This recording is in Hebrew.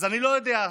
אז אני לא יודע,